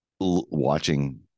watching